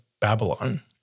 Babylon